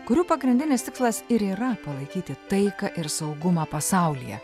kurių pagrindinis tikslas ir yra palaikyti taiką ir saugumą pasaulyje